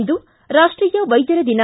ಇಂದು ರಾಷ್ಟೀಯ ವೈದ್ಧರ ದಿನ